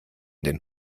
den